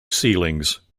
ceilings